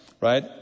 right